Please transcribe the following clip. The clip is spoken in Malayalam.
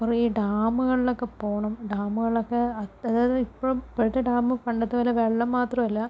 കുറേ ഡാമുകളിലൊക്കെ പോകണം ഡാമുകളിലൊക്കെ ഇപ്പോഴത്തെ ഡാം പണ്ടത്തെപ്പോലെ വെള്ളം മാത്രമല്ല